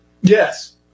Yes